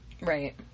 Right